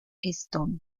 stone